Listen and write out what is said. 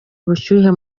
ubushyuhe